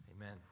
Amen